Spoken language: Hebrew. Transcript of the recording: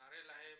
מראה להם,